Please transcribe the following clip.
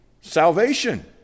Salvation